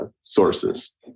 sources